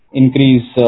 increase